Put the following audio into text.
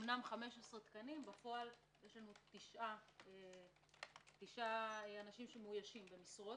אמנם 15 תקנים; בפועל יש לנו 9 אנשים שמאוישים במשרות.